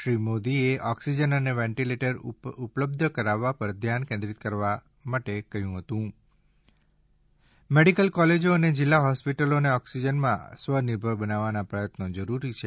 શ્રી મોદીએ ઓક્સિજન અને વેન્ટિલેટર ઉપલબ્ધ કરાવવા પર ધ્યાન કેન્દ્રિત કરવામાં આવ્યું છે એમ કઠીને કહ્યું કે મેડિકલ કોલેજો અને જિલ્લા હોસ્પિટલોને ઓક્સિજનમાં સ્વનિર્ભર બનાવવાના પ્રયત્નો જરૂરી છે